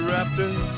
Raptors